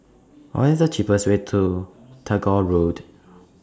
What IS The cheapest Way to Tagore Road